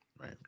Right